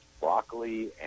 broccoli